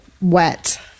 wet